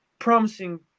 Promising